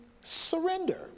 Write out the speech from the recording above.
surrender